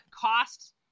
cost